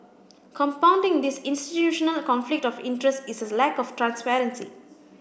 compounding this institutional conflict of interest is a lack of transparency